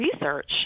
research